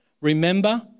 Remember